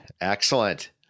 Excellent